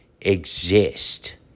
exist